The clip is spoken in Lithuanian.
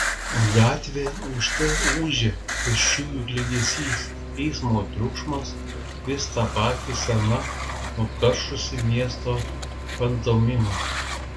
gatvė ūžte ūžė pėsčiųjų klegesys eismo triukšmas vis ta pati sena nukaršusi miesto pantomima